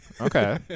Okay